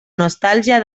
nostàlgia